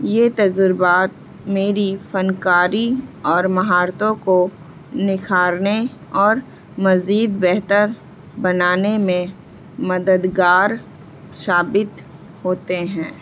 یہ تجربات میری فنکاری اور مہارتوں کو نکھارنے اور مزید بہتر بنانے میں مددگار ثابت ہوتے ہیں